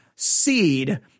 Seed